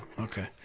Okay